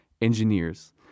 Engineers